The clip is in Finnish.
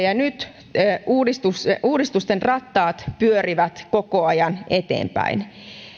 ja nyt uudistusten rattaat pyörivät koko ajan eteenpäin